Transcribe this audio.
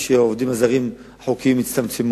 מעדיפים שמספר העובדים הזרים החוקיים יצטמצם.